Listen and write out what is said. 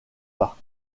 pas